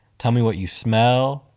tell me what you smell,